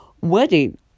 wedding